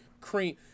cream